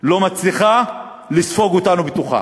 לא מצליחה לספוג אותנו בתוכה,